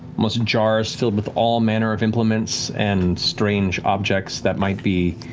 almost jars filled with all manner of implements and strange objects that might be,